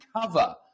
cover